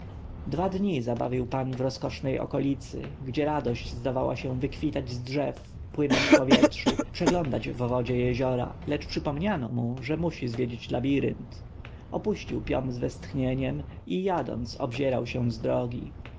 dwa dni zabawił pan w rozkosznej okolicy gdzie radość zdawała się wykwitać z drzew pływać w powietrzu przeglądać w wodzie jeziora lecz przypomniano mu że musi zwiedzić labirynt opuścił piom z westchnieniem i jadąc oglądał się z drogi